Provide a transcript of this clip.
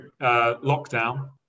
lockdown